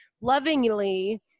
lovingly